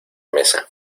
mesa